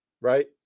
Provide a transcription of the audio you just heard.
right